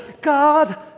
God